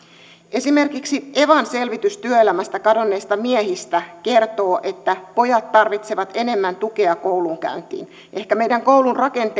esimerkiksi evan selvitys työelämästä kadonneista miehistä kertoo että pojat tarvitsevat enemmän tukea koulunkäyntiin ehkä meidän koulumme rakenne